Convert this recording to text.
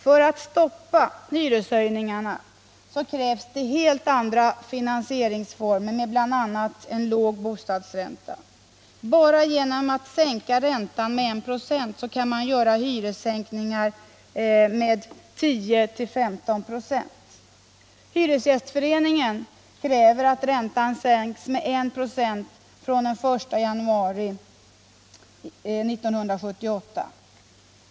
För att stoppa hyreshöjningarna krävs det helt andra finansieringsformer med bl.a. en låg bostadsränta. Bara genom att sänka räntan med 1 96 kan man göra hyressänkningar med 10-15 96. Hyresgästföreningen kräver att räntan sänks med en procentenhet från januari 1978.